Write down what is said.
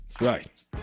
Right